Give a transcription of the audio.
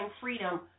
freedom